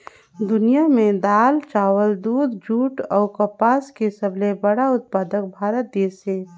दुनिया में दाल, चावल, दूध, जूट अऊ कपास के सबले बड़ा उत्पादक भारत देश हे